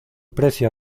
precio